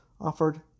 offered